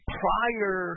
prior